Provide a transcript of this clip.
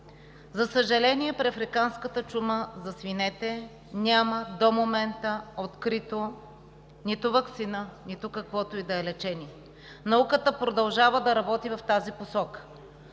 За съжаление, при африканската чума за свинете до момента няма открита нито ваксина, нито каквото ѝ да е лечение. Науката продължава да работи в тази посока.